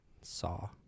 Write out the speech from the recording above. Saw